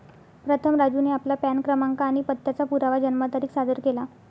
प्रथम राजूने आपला पॅन क्रमांक आणि पत्त्याचा पुरावा जन्मतारीख सादर केला